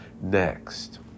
next